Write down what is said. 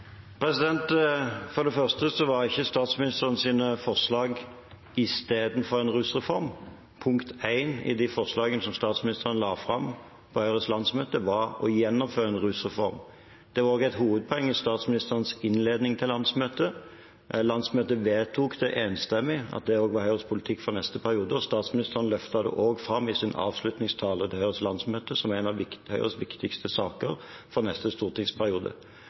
For det første var ikke statsministerens forslag i stedet for en rusreform. Punkt én i de forslagene statsministeren la fram på Høyres landsmøte, var å gjennomføre en rusreform. Det var også et hovedpoeng i statsministerens innledning til landsmøtet. Landsmøtet vedtok enstemmig at det også var Høyres politikk for neste periode, og statsministeren løftet det også fram i sin avslutningstale til Høyres landsmøte som en av Høyres viktigste saker for neste stortingsperiode.